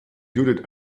judith